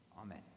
Amen